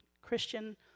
Christian